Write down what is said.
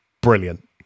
Brilliant